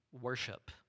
worship